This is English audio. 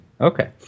Okay